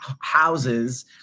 houses